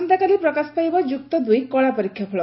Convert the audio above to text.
ଆସନ୍ତାକାଲି ପ୍ରକାଶ ପାଇବ ଯୁକ୍ତଦୁଇ କଳା ପରୀକ୍ଷା ଫଳ